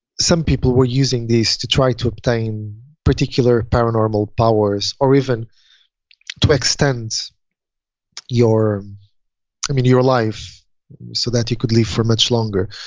some people were using these to try to obtain particular paranormal powers or even to extend your your life so that you could live for much longer.